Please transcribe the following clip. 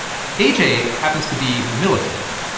a j. happens to be in the military.